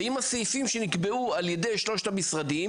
והאם הסעיפים שנקבעו על ידי שלושת המשרדים